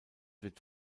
wird